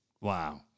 Wow